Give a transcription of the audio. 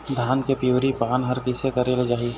धान के पिवरी पान हर कइसे करेले जाही?